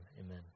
amen